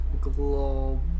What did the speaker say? global